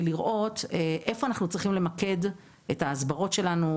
לראות היכן אנחנו צריכים למקד את ההסברות שלנו,